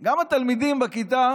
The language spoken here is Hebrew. גם התלמידים בכיתה